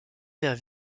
fer